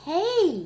Hey